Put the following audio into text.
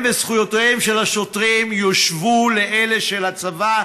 וזכויותיהם של השוטרים יושוו לאלה של הצבא,